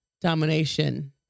domination